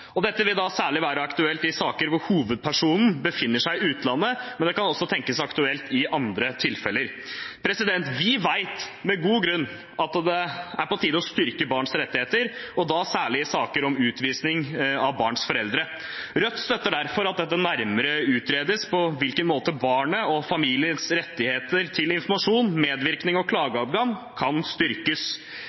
Dette vil særlig være aktuelt i saker hvor hovedpersonen befinner seg i utlandet, men det kan også tenkes å være aktuelt i andre tilfeller. Vi vet med god grunn at det er på tide å styrke barns rettigheter, og da særlig i saker om utvisning av barns foreldre. Rødt støtter derfor at det utredes nærmere på hvilken måte barnets og familiens rettigheter til informasjon, medvirkning og klageadgang kan styrkes.